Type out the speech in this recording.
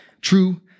true